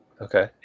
Okay